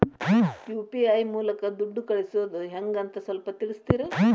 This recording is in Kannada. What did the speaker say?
ಯು.ಪಿ.ಐ ಮೂಲಕ ದುಡ್ಡು ಕಳಿಸೋದ ಹೆಂಗ್ ಅಂತ ಸ್ವಲ್ಪ ತಿಳಿಸ್ತೇರ?